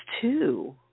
two